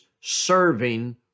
serving